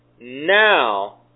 Now